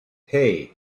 hey